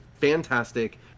fantastic